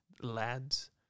Lads